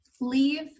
Leave